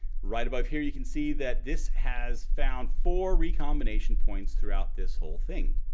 right above here, you can see that this has found for recombination points throughout this whole thing.